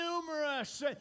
numerous